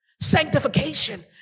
Sanctification